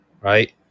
Right